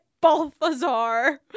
Balthazar